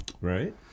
Right